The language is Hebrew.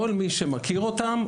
כל מי שמכיר אותם,